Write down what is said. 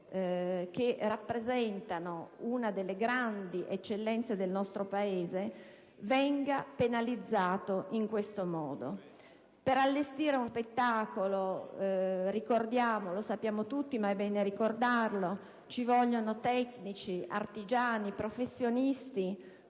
che rappresenta una delle grandi eccellenze del nostro Paese venisse penalizzato in questo modo. Per allestire uno spettacolo - lo sappiamo tutti, ma è bene ricordarlo - ci vogliono tecnici, artigiani e professionisti